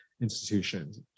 institutions